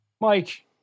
Mike